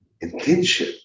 intention